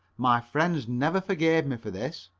my friends never forgave me for this.